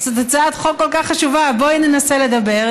זאת הצעת חוק כל כך חשובה, בואי ננסה לדבר.